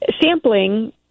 sampling